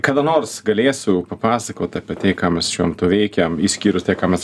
kada nors galėsiu papasakot apie tai ką mes šiuo metu veikiam išskyrus tai ką mes